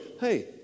hey